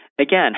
again